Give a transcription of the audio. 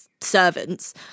servants